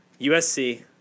USC